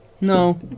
No